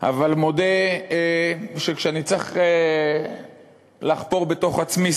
אבל מודה שכשאני צריך לחפור בתוך עצמי,